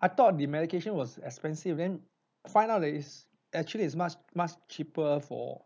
I thought the medication was expensive then find out that is actually is much much cheaper for